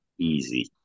Easy